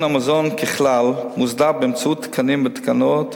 המזון ככלל מוסדר באמצעות תקנים ותקנות: